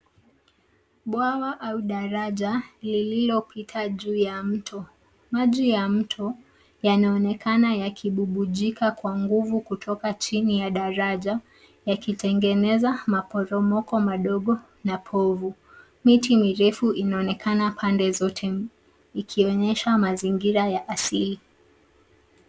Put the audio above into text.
Bwawa au daraja lililopita juu ya mto. Maji ya mto yanaonekana yakibubujika kwa nguvu kutoka chini ya daraja yakitengeneza maporomoko madogo na povu. Miti mirefu inaonekana pande zote ikionyesha mazingira ya asili.